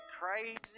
crazy